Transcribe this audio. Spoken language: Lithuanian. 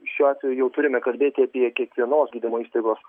šiuo atveju jau turime kalbėti apie kiekvienos gydymo įstaigos